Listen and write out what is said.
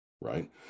right